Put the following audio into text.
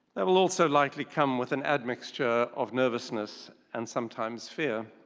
that will also likely come with an admixture of nervousness and sometimes fear.